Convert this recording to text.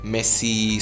Messi